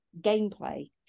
gameplay